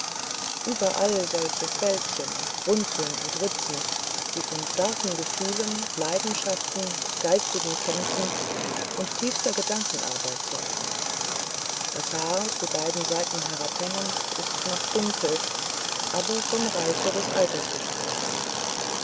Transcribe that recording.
überall solche fältchen runzeln und ritze die von starken gefühlen leidenschaften geistigen kämpfen und tiefster gedankenarbeit zeugen das haar zu beiden seiten herabhängend ist noch dunkel aber vom reife des alters gestreift